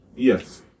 Yes